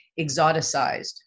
exoticized